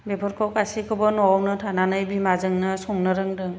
बेफोरखौ गासैखौबो न'आवनो थानानै बिमाजोंनो संनो रोंदों